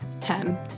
Ten